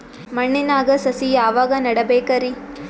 ಮಣ್ಣಿನಾಗ ಸಸಿ ಯಾವಾಗ ನೆಡಬೇಕರಿ?